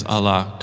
Allah